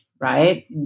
right